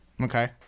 Okay